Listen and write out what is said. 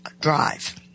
drive